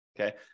Okay